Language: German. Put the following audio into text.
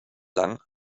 lang